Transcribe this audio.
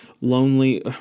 lonely